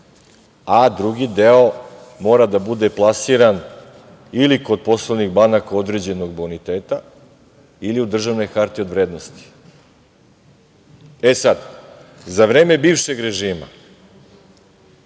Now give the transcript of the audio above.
a drugi deo mora da bude plasiran, ili kod poslovnih banka određenog boniteta, ili u državne hartije od vrednosti. Sada, za vreme bivšeg režima